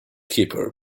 keeper